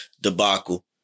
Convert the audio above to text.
debacle